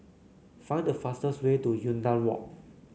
find the fastest way to Yunnan Walk